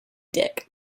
dick